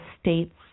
state's